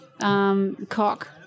Cock